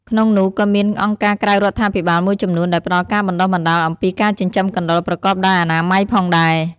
ក្នុងនោះក៏មានអង្គការក្រៅរដ្ឋាភិបាលមួយចំនួនដែលផ្ដល់ការបណ្តុះបណ្ដាលអំពីការចិញ្ចឹមកណ្តុរប្រកបដោយអនាម័យផងដែរ។